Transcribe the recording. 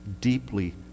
deeply